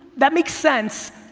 that makes sense,